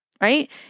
right